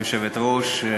כבוד היושבת-ראש,